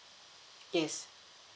yes